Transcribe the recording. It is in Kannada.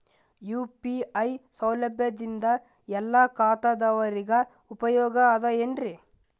ಯು.ಪಿ.ಐ ಸೌಲಭ್ಯದಿಂದ ಎಲ್ಲಾ ಖಾತಾದಾವರಿಗ ಉಪಯೋಗ ಅದ ಏನ್ರಿ?